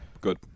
Good